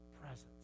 presence